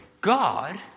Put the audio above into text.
God